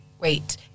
wait